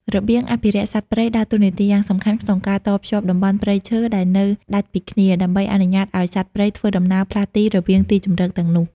របៀងអភិរក្សសត្វព្រៃ ដើរតួនាទីយ៉ាងសំខាន់ក្នុងការតភ្ជាប់តំបន់ព្រៃឈើដែលនៅដាច់ពីគ្នា ដើម្បីអនុញ្ញាតឱ្យសត្វព្រៃធ្វើដំណើរផ្លាស់ទីរវាងទីជម្រកទាំងនោះ។